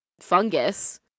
fungus